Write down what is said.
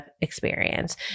experience